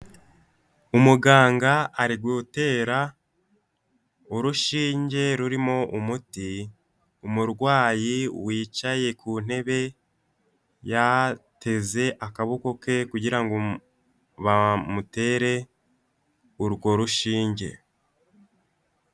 Umuganga ari gutera urushinge rurimo umuti, umurwayi w'icaye ku ntebe, yateze akaboko ke kugira ngo bamutere urwo rushinge.